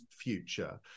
future